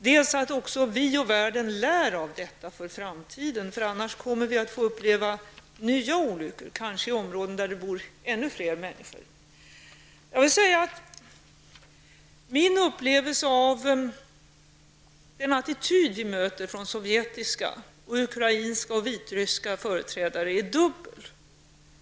Det är att vi och världen lär av detta för framtiden, annars kommer vi att få uppleva nya olyckor, kanske i områden där det bor ännu fler människor. Jag vill säga att min upplevelse av den attityd vi möter från sovjetiska, ukrainska och vitryska företrädare är dubbel.